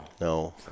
no